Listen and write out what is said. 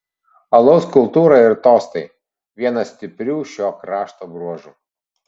alaus kultūra ir tostai vienas stiprių šio krašto bruožų